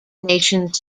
nations